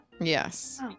Yes